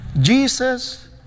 Jesus